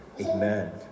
Amen